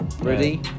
ready